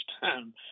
time